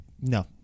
no